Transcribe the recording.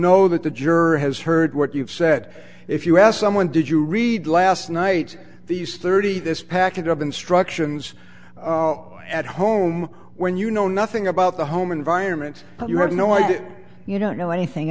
know that the jury has heard what you've said if you ask someone did you read last night's these thirty this packet of instructions at home when you know nothing about the home environment you have no idea you don't know anything